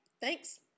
Thanks